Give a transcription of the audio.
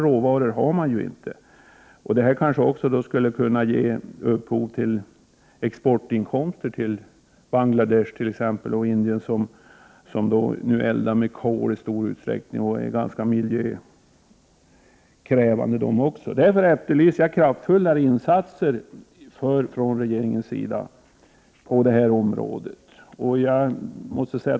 En elkraftsproduktion skulle därför kunna ge inkomster för export exempelvis till Bangladesh och Indien, där man nu i stor utsträckning eldar med kol med de miljörisker detta medför. Jag efterlyser därför kraftfullare insatser från regeringens sida på detta område.